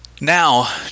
now